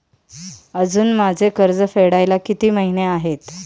अजुन माझे कर्ज फेडायला किती महिने आहेत?